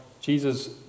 Jesus